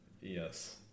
Yes